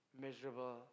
miserable